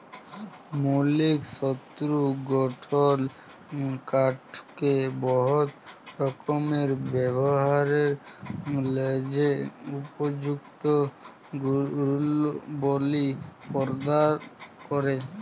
মৌলিক শক্ত গঠল কাঠকে বহুত রকমের ব্যাভারের ল্যাযে উপযুক্ত গুলবলি পরদাল ক্যরে